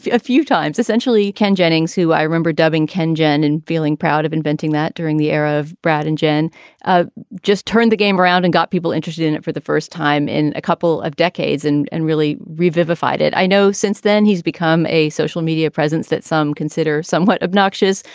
a few times, essentially ken jennings, who i remember dubbing ken jenne and feeling proud of inventing that during the era of brad and jen ah just turned the game around and got people interested in it for the first time in a couple of decades and and really revivified it. i know since then he's become a social media presence that some consider somewhat obnoxious,